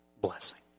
blessing